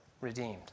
redeemed